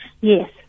Yes